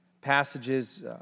passages